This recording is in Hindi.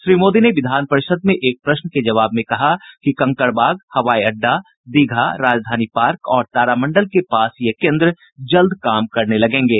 श्री मोदी ने विधान परिषद् में एक प्रश्न के जवाब में कहा कि कंकड़बाग हवाई अड्डा दीघा राजधानी पार्क और तारामंडल के पास ये केन्द्र जल्द काम करने लगेंगे